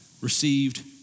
received